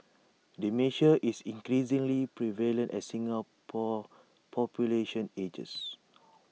dementia is increasingly prevalent as Singapore's population ages